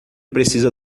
precisa